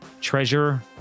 Treasure